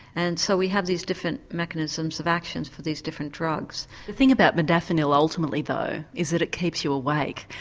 and so we have these different mechanisms of actions for these different drugs. the thing about modafinil ultimately though is that it keeps you awake,